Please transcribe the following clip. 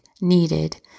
needed